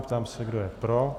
Ptám se, kdo je pro.